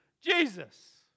Jesus